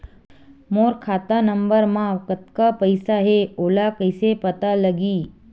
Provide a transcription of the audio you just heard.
मोर खाता नंबर मा कतका पईसा हे ओला कइसे पता लगी?